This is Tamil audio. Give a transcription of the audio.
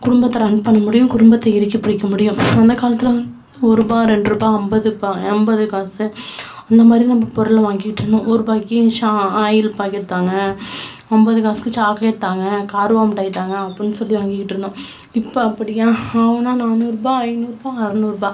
குடும்பத்தை ரன் பண்ண முடியும் குடும்பத்தை இறுக்கிப்பிடிக்க முடியும் அந்த காலத்தில் வந்து ஒருரூபா ரெண்டுரூபா ஐம்பதுருபா ஐம்பது காசு அந்த மாதிரி நம்ம பொருள் வாங்கிக்கிட்டு இருந்தோம் ஒருரூபாய்க்கு இங்கே சா ஆயில் பாக்கெட் தாங்க ஐம்பது காசுக்கு சாக்லேட் தாங்க காரூபா மிட்டாய் தாங்க அப்பட்னு சொல்லி வாங்கிக்கிட்டு இருந்தோம் இப்போ அப்படியா ஆகுன்னா நானூறுரூபா ஐநூறுரூபா அறநூறுரூபா